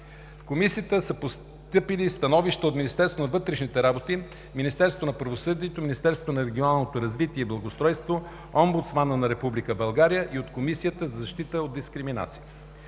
В Комисията са постъпили становища от Министерството на вътрешните работи, Министерството на правосъдието и Министерството на регионалното развитие и благоустройство, омбудсмана на Република България и от Комисията за защита от дискриминация.